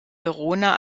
verona